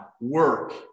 work